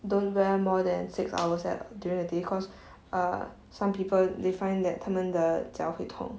don't wear more than six hours at during the day because err some people they find that 他们的脚会痛